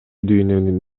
дүйнөнүн